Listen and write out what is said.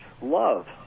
love